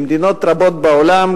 במדינות רבות בעולם,